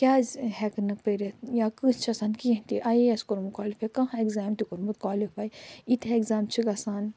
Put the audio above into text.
کیٚازِ ہٮ۪کہِ نہِ پٔرِتھ یا کٲنٛسہِ چھُ آسان کیٚنٛہہ تہِ آئی اےٚ ایس کوٚرمُت کالِفے کانٛہہ ایگزام تہِ کوٚرمُت کالِفے یتھۍ ایٚگزام چھِ گژھان